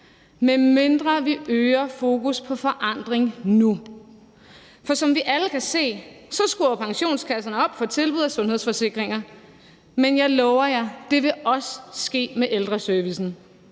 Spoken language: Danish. medmindre vi øger fokus på forandring nu. For som vi alle kan se, skruer pensionskasserne op for tilbud om sundhedsforsikringer, men jeg lover jer, at det også vil ske med ældreservicen.